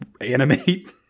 animate